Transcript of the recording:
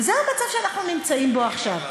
וזה המצב שאנחנו נמצאים בו עכשיו.